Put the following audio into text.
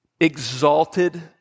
exalted